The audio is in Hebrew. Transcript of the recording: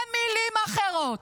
במילים אחרות,